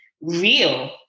real